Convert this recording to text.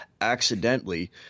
accidentally